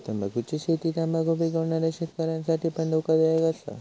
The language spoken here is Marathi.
तंबाखुची शेती तंबाखु पिकवणाऱ्या शेतकऱ्यांसाठी पण धोकादायक असा